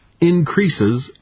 increases